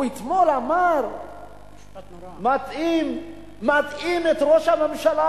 הוא אמר אתמול שמטעים את ראש הממשלה.